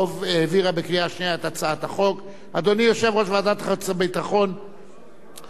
אדוני יושב-ראש ועדת החוץ והביטחון מבקש ממני להצביע בקריאה שלישית,